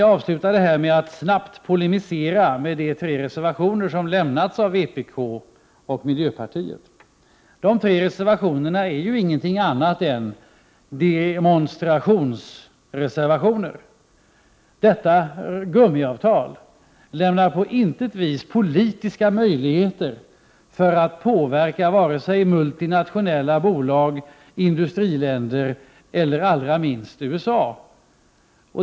Jag vill avsluta mitt inlägg med att snabbt polemisera mot de tre reservationer som lämnats av vpk och miljöpartiet. De tre reservationerna är ingenting annat än demonstrationsreservationer. Detta gummiavtal lämnar på intet vis politiska möjligheter att påverka vare sig multinationella bolag, industriländer eller allra minst USA.